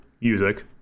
music